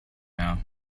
now